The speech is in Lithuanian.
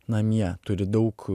namie turi daug